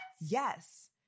Yes